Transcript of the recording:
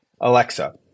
Alexa